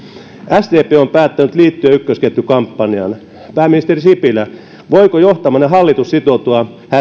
sdp on päättänyt liittyä ykkösketjuun kampanjaan pääministeri sipilä voiko johtamanne hallitus sitoutua